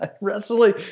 Wrestling